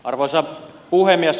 arvoisa puhemies